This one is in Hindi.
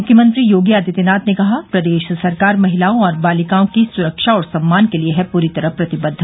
मुख्यमंत्री योगी आदित्यनाथ ने कहा प्रदेश सरकार महिलाओं और बालिकाओं की सुरक्षा और सम्मान के लिये है पूरी तरह प्रतिबद्व